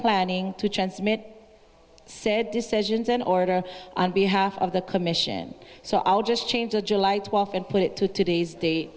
planning to transmit said decisions in order on behalf of the commission so i'll just change the july twelfth and put it to today's date